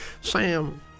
Sam